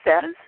says